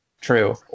True